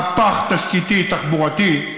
מהפך תשתיתי תחבורתי.